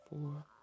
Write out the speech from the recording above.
four